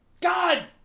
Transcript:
God